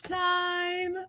time